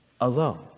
alone